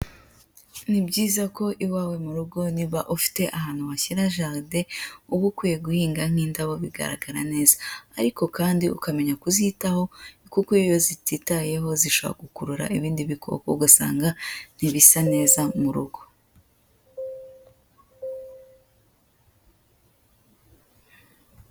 Ni byiza ko iwawe mu rugo niba ufite ahantu washyira jaride uba ukwiye guhinga n'indabo bigaragara neza, ariko kandi ukamenya kuzitaho kuko iyo zititaweho zishobora gukurura ibindi bikoko ugasanga ntibisa neza mu rugo.